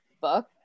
book